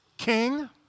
king